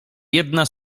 jedna